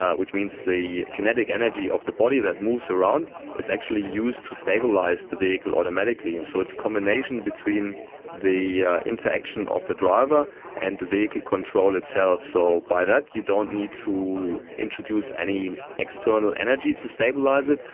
ah which means the kinetic energy of the body that moves around is actually used to stabilise the vehicle automatically, and so it's a combination between the interaction of the driver and the vehicle control itself. so by that you don't need to introduce any external energy to stabilise it,